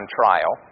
trial